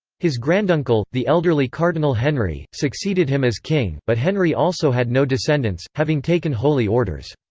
his granduncle, the elderly cardinal henry, succeeded him as king, but henry also had no descendants, having taken holy orders.